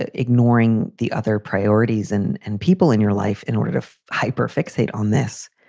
ah ignoring the other priorities and and people in your life in order to hyper fixate on this,